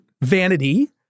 vanity